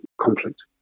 conflict